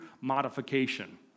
modification